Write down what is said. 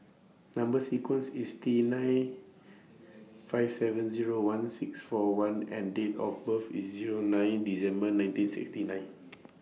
Number sequence IS T nine five seven Zero one six four one and Date of birth IS Zero nine December nineteen sixty nine